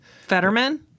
Fetterman